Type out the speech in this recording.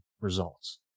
results